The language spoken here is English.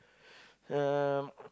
um